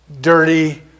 dirty